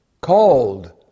called